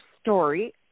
story